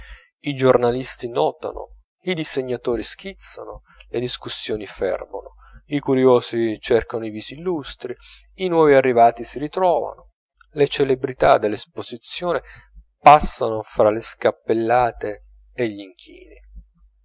i giornalisti notano i disegnatori schizzano le discussioni fervono i curiosi cercano i visi illustri i nuovi arrivati si ritrovano le celebrità dell'esposizione passano fra le scappellate e gli inchini